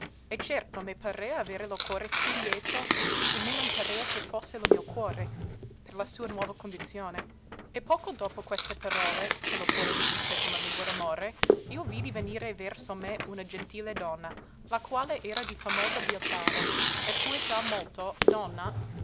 e certo me parea avere lo cuore sì lieto che me non parea che fosse lo mio cuore per la sua nuova condizione e poco dopo queste parole che lo cuore mi disse con la lingua d'amore io vidi venire verso me una gentile donna la quale era di famosa bieltade e fue già molto donna